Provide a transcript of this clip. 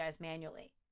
manually